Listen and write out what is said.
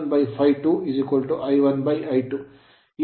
ಇಲ್ಲಿ ಬದಲಿಯಾಗಿ Ia1 n1 Ia2n2 ಆಗಿರುತ್ತದೆ